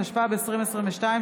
התשפ"ב 2022,